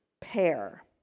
pair